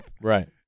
Right